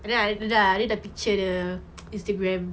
and then I read the picture the instagram